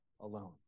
alone